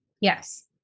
Yes